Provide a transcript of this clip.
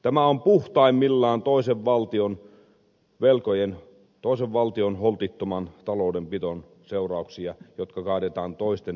tämä on puhtaimmillaan toisen valtion velkojen toisen valtion holtittoman taloudenpidon seurauksia jotka kaadetaan toisten valtioiden niskaan